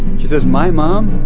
she says, my mom,